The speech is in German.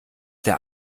der